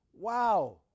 Wow